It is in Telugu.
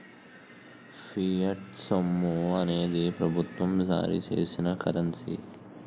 ఫియట్ సొమ్ము అనేది ప్రభుత్వం జారీ చేసిన కరెన్సీ